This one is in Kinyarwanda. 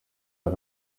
ari